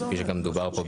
כפי שכבר דובר כאן,